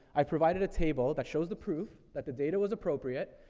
i've provided a table that shows the proof that the data was appropriate.